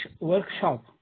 workshop